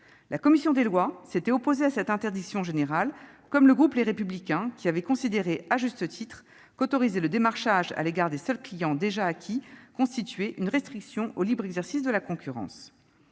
La commission des lois s'était opposée à cette interdiction générale, comme le groupe Les Républicains, qui, à juste titre, avait considéré qu'autoriser le démarchage à l'égard des seuls clients déjà acquis constituait une restriction au libre exercice de la concurrence.